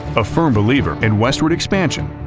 a firm believer in westward expansion,